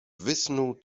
wysnuł